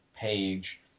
page